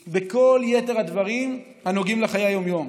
אלא בכל יתר הדברים הנוגעים לחיי היום-יום.